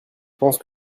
pense